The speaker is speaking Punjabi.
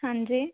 ਹਾਂਜੀ